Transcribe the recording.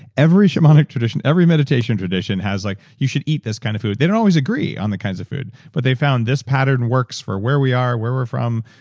every shamanic tradition, every meditation tradition has like, you should eat this kind of food. they don't always agree on the kinds of food, but they found this pattern works for where we are, where we're from,